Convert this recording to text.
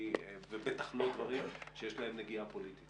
ובטח לא דברים שיש להם נגיעה פוליטית.